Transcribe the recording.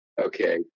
Okay